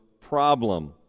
problem